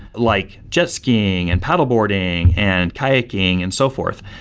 like jet skiing and paddleboarding and kayaking and so forth.